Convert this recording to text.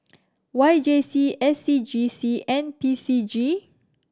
Y J C S C G C and P C G